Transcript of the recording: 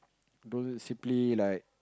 don't simply like